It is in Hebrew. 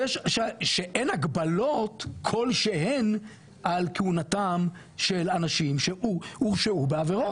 שאין הגבלות כלשהן על כהונתם של אנשים שהורשעו בעבירות.